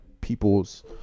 people's